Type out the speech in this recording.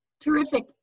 Terrific